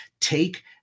take